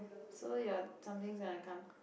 so your something's gonna come